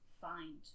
find